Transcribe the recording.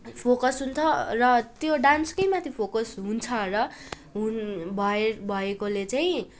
focus हुन्छ र त्यो डान्सकै माथि फोकस हुन्छ र हुने भए भएकोले चाहिँ